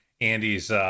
Andy's